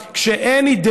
כשאין תפיסות עולם,